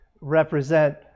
represent